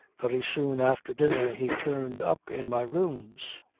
very soon after dinner, he turned up in my rooms.